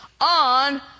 on